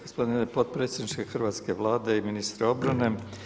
Gospodine potpredsjedniče hrvatske Vlade i ministre obrane.